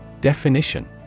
Definition